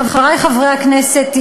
חברי חברי הכנסת,